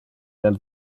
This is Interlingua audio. del